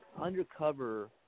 undercover